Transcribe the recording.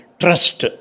trust